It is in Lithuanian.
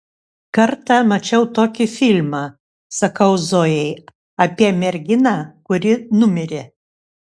kartą mačiau tokį filmą sakau zojai apie merginą kuri numirė